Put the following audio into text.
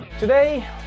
Today